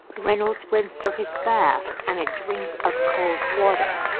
reynolds went for his bath and a drink of cold water.